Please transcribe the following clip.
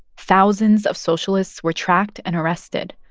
thousands of socialists were tracked and arrested.